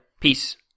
peace